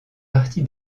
partie